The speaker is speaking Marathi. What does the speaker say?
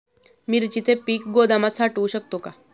मिरचीचे पीक गोदामात साठवू शकतो का?